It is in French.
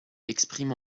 exprime